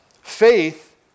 Faith